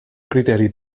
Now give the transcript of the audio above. criteri